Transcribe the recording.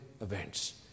events